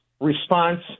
response